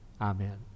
Amen